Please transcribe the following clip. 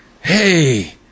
Hey